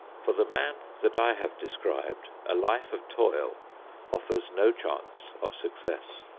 for the man that i have described, a life of toil offers no chance of success.